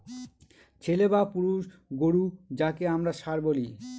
ছেলে বা পুরুষ গোরু যাকে আমরা ষাঁড় বলি